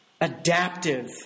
adaptive